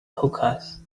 hookahs